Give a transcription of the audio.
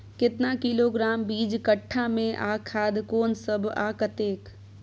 केतना किलोग्राम बीज कट्ठा मे आ खाद कोन सब आ कतेक?